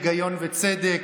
היגיון וצדק.